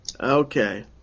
Okay